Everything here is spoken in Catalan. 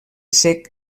sec